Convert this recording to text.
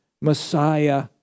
Messiah